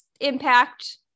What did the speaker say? impact